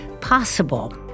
possible